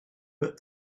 but